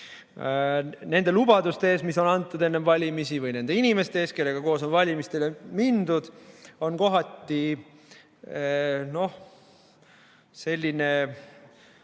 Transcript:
nende lubaduste ees, mis on antud enne valimisi, või nende inimeste ees, kellega koos on valimistele mindud, on kohati selline,